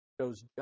shows